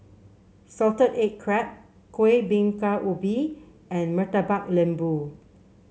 Salted Egg Crab Kueh Bingka Ubi and Murtabak Lembu